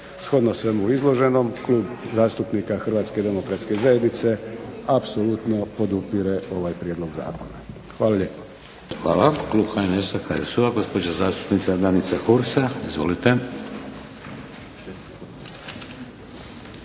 Shodno svemu izloženom Klub zastupnika Hrvatske demokratske zajednice apsolutno podupire ovaj prijedlog zakona. Hvala lijepo. **Šeks, Vladimir (HDZ)** Hvala. Klub HNS-a, HSU-a, gospođa zastupnica Danica Hursa. Izvolite.